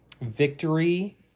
Victory